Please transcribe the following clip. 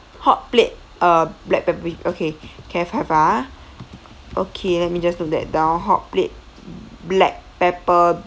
hot plate uh black pepper beef okay can have ah okay let me just note that down hot plate black pepper